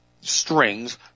strings